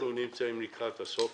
אנחנו נמצאים לקראת סוף